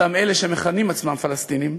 אותם אלה שמכנים עצמם פלסטינים,